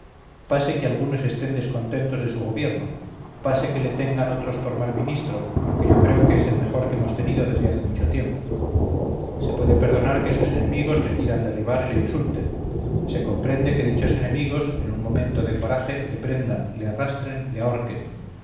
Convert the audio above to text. pase que algunos estén descontentos de su gobierno pase que le tengan otros por mal ministro aunque yo creo que es el mejor que hemos tenido desde hace mucho tiempo se puede perdonar que sus enemigos le quieran derribar y le insulten se comprende que dichos enemigos en un momento de coraje le prendan le arrastren le ahorquen